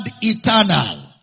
eternal